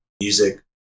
music